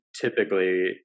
typically